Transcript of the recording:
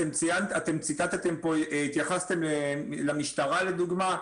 אתם התייחסתם למשטרה, לדוגמה.